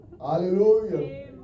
Hallelujah